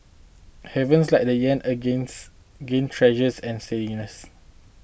havens like the yen against again treasuries and steadied nice